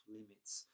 limits